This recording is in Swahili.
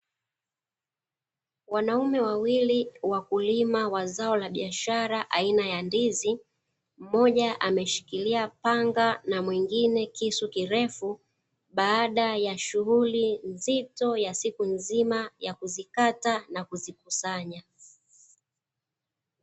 Wanaume wawili wakulima wa zao la biashara aina ya ndizi, mmoja ameshikilia panga na mwengine kisu kirefu. Baada ya shughuli nzito ya siku nzima ya kuzikata na kuzikusanya.